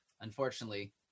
Unfortunately